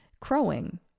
crowing